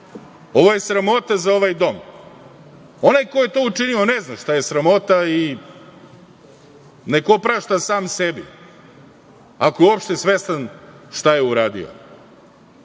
Ovo je sramota za ovaj dom. Onaj ko je to učinio, on ne zna šta je sramota i nek oprašta sam sebi, ako je uopšte svestan šta je uradio.